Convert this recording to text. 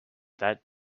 that